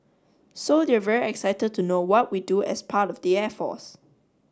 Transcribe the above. so they're very excited to know what we do as part of the air force